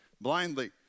blindly